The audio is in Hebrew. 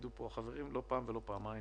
יעידו פה החברים, לא פעם ולא פעמיים